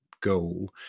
goal